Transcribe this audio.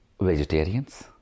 vegetarians